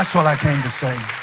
what i came to say